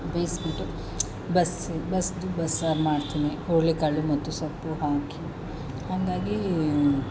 ಬೇಯಿಸ್ಬಿಟ್ಟು ಬಸ್ಸಿ ಬಸಿದು ಬಸ್ಸಾರು ಮಾಡ್ತೀನಿ ಹುರುಳಿಕಾಳು ಮತ್ತು ಸೊಪ್ಪು ಹಾಕಿ ಹಂಗಾಗಿ